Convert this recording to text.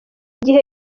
gihe